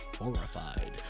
horrified